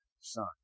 son